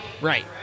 Right